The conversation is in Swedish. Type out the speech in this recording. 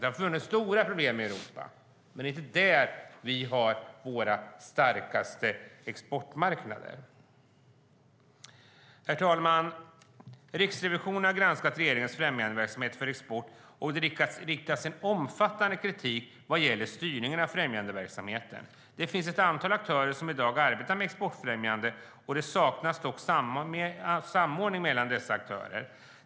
Det har funnits stora problem i Europa, men inte där Sverige har sina starkaste exportmarknader. Herr talman! Riksrevisionen har granskat regeringens främjandeverksamhet för export, och det riktas en omfattande kritik mot styrningen av främjandeverksamheten. Det finns ett antal aktörer som i dag arbetar med exportfrämjande, och det saknas samordning mellan dessa aktörer.